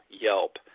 Yelp